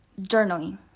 journaling